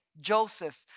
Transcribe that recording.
Joseph